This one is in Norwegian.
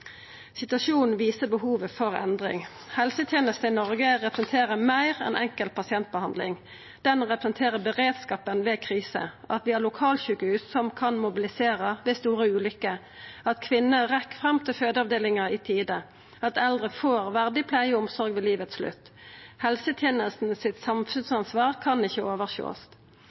Situasjonen viser behovet for endring. Helsetenesta i Noreg representerer meir enn enkel pasientbehandling. Ho representerer beredskapen ved krise og at vi har lokalsjukehus som kan mobilisera ved store ulykker, at kvinner rekk fram til fødeavdelinga i tide, og at eldre får verdig pleie og omsorg ved livets slutt. Helsetenesta sitt samfunnsansvar kan ein ikkje